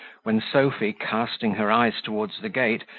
when sophy, casting her eyes towards the gate,